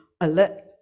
alert